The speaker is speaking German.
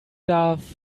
darf